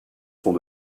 sont